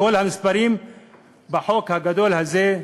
כל המספרים בחוק הגדול הזה,